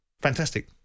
Fantastic